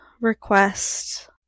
request